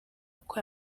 uko